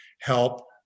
help